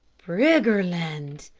briggerland!